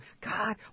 God